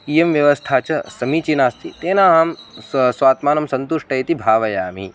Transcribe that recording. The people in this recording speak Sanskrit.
इयं व्यवस्था च समीचीना अस्ति तेन अहं स्वा स्वात्मानं सन्तुष्टः इति भावयामि